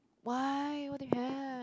why what do you have